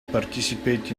participate